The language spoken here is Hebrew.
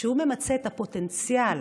כשהוא ממצה את הפוטנציאל